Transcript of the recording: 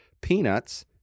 peanuts